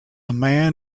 man